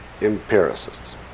empiricists